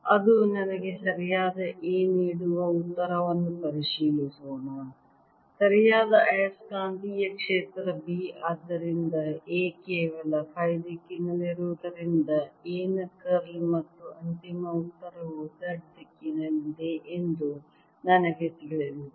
ಅದು ನನಗೆ ಸರಿಯಾದ A ನೀಡುವ ಉತ್ತರವನ್ನು ಪರಿಶೀಲಿಸೋಣ ಸರಿಯಾದ ಆಯಸ್ಕಾಂತೀಯ ಕ್ಷೇತ್ರ B ಆದ್ದರಿಂದ A ಕೇವಲ ಫೈ ದಿಕ್ಕಿನಲ್ಲಿರುವುದರಿಂದ A ನ ಕರ್ಲ್ ಮತ್ತು ಅಂತಿಮ ಉತ್ತರವು z ದಿಕ್ಕಿನಲ್ಲಿದೆ ಎಂದು ನನಗೆ ತಿಳಿದಿದೆ